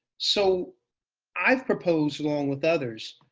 so i've proposed, along with others,